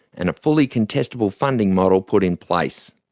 and a fully-contestable funding model put in place.